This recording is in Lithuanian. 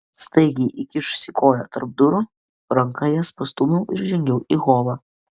staigiai įkišusi koją tarp durų ranka jas pastūmiau ir žengiau į holą